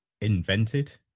invented